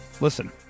listen